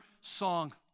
song